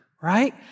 right